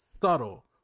subtle